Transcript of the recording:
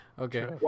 Okay